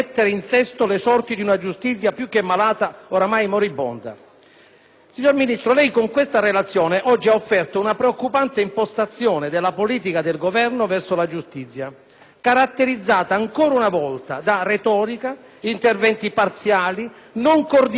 Signor Ministro, lei con questa relazione ha oggi offerto una preoccupante impostazione della politica del Governo verso la giustizia, caratterizzata ancora una volta da retorica e interventi parziali e non coordinati tra loro in una visione strategica organica e complessiva, che manca.